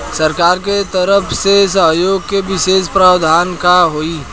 सरकार के तरफ से सहयोग के विशेष प्रावधान का हई?